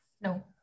no